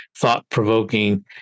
thought-provoking